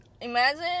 Imagine